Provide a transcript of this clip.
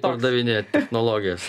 pardavinėjat technologijas